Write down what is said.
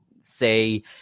say